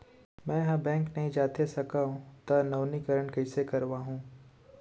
मैं ह बैंक नई जाथे सकंव त नवीनीकरण कइसे करवाहू?